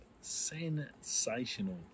sensational